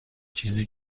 چیزی